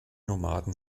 nomaden